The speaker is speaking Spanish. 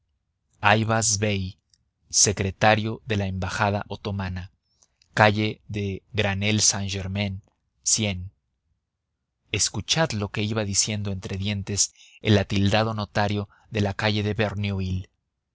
ayvaz bey secretario de la embajada otomana calle de granelle saint-germain escuchad lo que iba diciendo entre dientes el atildado notario de la calle de verneuil